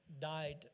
died